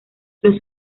los